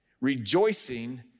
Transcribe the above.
Rejoicing